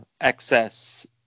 excess